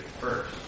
first